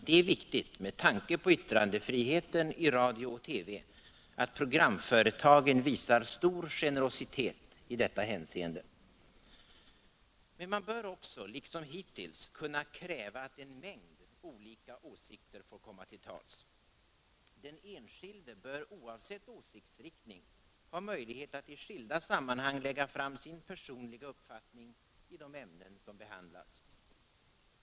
Det är viktigt med tanke på yttrandefriheten i radio och TV att programföretagen visar stor generositet i detta hänseende. Men man bör också liksom hittills kunna kräva att en mängd olika åsikter får komma till tals. Den enskilde bör oavsett åsiktsriktning ha möjlighet att i skilda sammanhang lägga fram sin personliga uppfattning i de ämnen som behandlas.